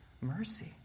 mercy